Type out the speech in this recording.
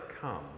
come